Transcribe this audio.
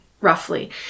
roughly